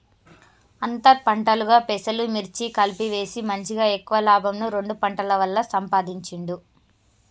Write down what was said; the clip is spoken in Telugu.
అంతర్ పంటలుగా పెసలు, మిర్చి కలిపి వేసి మంచిగ ఎక్కువ లాభంను రెండు పంటల వల్ల సంపాధించిండు